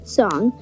song